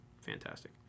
fantastic